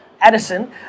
Edison